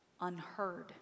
Unheard